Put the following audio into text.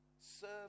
Serve